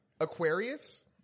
aquarius